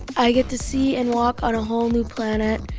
i get to see and walk on a whole new planet,